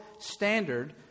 standard